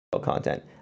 content